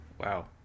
Wow